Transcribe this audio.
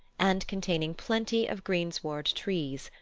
and containing plenty of greensward, trees,